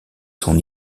son